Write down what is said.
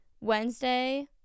Wednesday